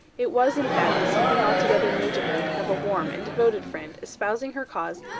it was, in fact, something altogether new to her to have a warm and devoted friend, espousing her cause,